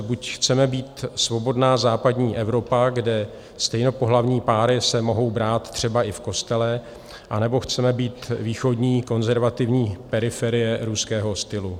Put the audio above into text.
Buď chceme být svobodná západní Evropa, kde stejnopohlavní páry se mohou brát třeba i v kostele, anebo chceme být východní konzervativní periferie ruského stylu.